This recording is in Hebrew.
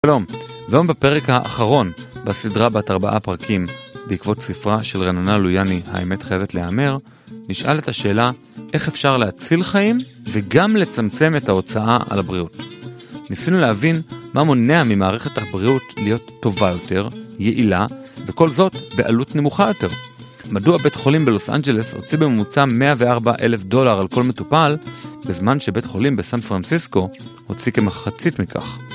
שלום, והיום בפרק האחרון בסדרה בת ארבעה פרקים בעקבות ספרה של רננה לויאני, האמת חייבת להיאמר, נשאל את השאלה איך אפשר להציל חיים וגם לצמצם את ההוצאה על הבריאות. ניסינו להבין מה מונע ממערכת הבריאות להיות טובה יותר, יעילה, וכל זאת בעלות נמוכה יותר. מדוע בית חולים בלוס אנג'לס הוציא בממוצע 104 אלף דולר על כל מטופל, בזמן שבית חולים בסן פרנסיסקו הוציא כמחצית מכך.